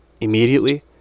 immediately